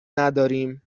نداریم